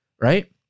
right